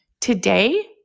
Today